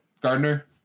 Gardner